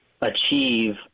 achieve